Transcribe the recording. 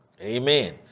Amen